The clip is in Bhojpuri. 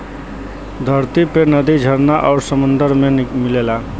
धरती पे नदी झरना आउर सुंदर में मिलला